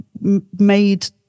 made